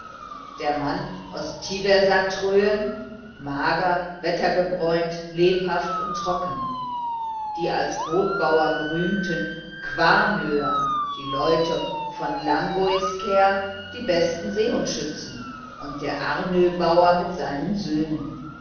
der mann aus tiversatraöen mager wettergebräunt lebhaft und trocken die als bootbauer berühmten quarnöer die leute aus langoiskär die besten seehundschützen und der arnöbauer mit seinen söhnen